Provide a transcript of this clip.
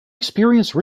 experience